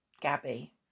Gabby